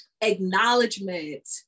acknowledgement